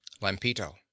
Lampito